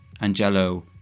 Angelo